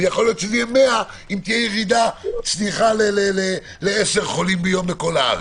ויכול להיות שזה יהיה 100 אם תהיה צניחה לעשרה חולים ביום בכל הארץ.